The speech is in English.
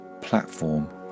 platform